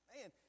man